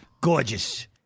Gorgeous